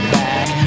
back